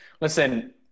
Listen